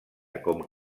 com